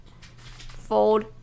fold